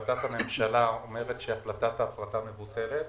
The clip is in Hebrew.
החלטת הממשלה אומרת שהחלטת ההפרטה מבוטלת.